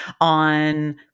on